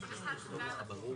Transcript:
תרשום הערה.